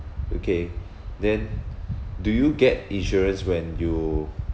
okay then do you get insurance when you